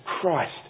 Christ